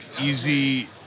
easy